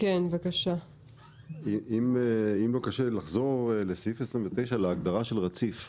כן, אבקש לחזור להגדרת "רציף"